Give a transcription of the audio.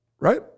right